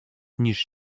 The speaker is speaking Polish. niż